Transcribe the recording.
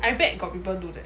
I bet got people do that